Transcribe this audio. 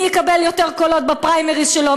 מי יקבל יותר קולות בפריימריז שלו,